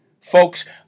folks